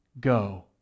Go